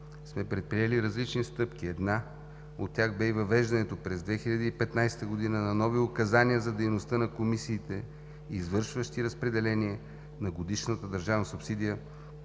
сме предприели различни стъпки. Една от тях бе и въвеждането през 2015 г. на нови Указания за дейността на комисиите, извършващи разпределение на годишната държавна субсидия